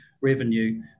revenue